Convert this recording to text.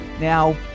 Now